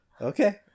Okay